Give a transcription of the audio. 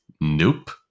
Nope